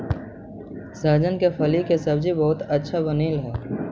सहजन के फली के सब्जी बहुत अच्छा बनऽ हई